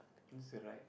is the right